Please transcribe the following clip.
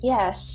Yes